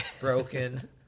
broken